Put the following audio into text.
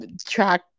track